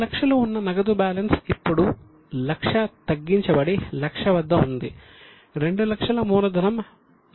200000 ఉన్న నగదు బ్యాలెన్స్ ఇప్పుడు 100000 తగ్గించబడి అది 100000 వద్ద ఉంది 200000 మూలధనం మారదు